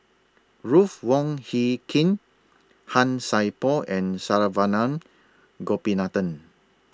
Ruth Wong Hie King Han Sai Por and Saravanan Gopinathan